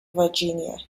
virginia